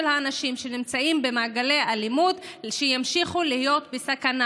האנשים שנמצאים במעגלי אלימות ימשיכו להיות בסכנה.